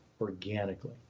organically